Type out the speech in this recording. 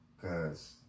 Cause